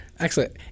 Excellent